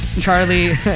charlie